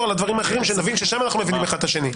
על הדברים האחרים ונבין ששם אנחנו מבינים אחד את השני.